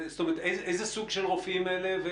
איזה סוג של רופאים אלה?